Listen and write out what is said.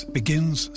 begins